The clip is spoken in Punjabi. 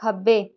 ਖੱਬੇ